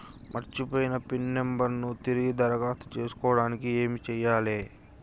మర్చిపోయిన pin number ను తిరిగి దరఖాస్తు చేసుకోవడానికి ఏమి చేయాలే?